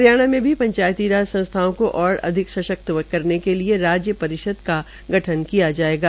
हरियाणा में भी पंचायती राज संस्थाओं को अधिक सशक्त करने के लिए राज्य परिषद का गठन किया जायेगा